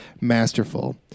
masterful